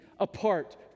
apart